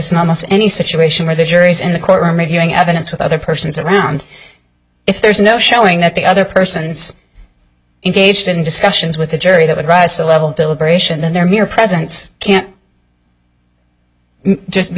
in almost any situation where the jury is in the courtroom reviewing evidence with other persons around if there's no showing that the other person's engaged in discussions with a jury that would rise to the level of deliberation that their mere presence can just be